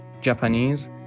Japanese